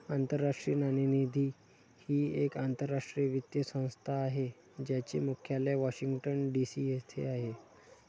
आंतरराष्ट्रीय नाणेनिधी ही एक आंतरराष्ट्रीय वित्तीय संस्था आहे ज्याचे मुख्यालय वॉशिंग्टन डी.सी येथे आहे